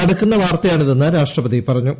നടുക്കുന്ന വാർത്തയാണ് ഇതെന്ന് രാഷ്ട്രപതി പറഞ്ഞു